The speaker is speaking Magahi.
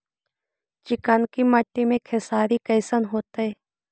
चिकनकी मट्टी मे खेसारी कैसन होतै?